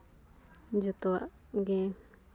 ᱡᱚᱛᱚᱣᱟᱜ ᱜᱮ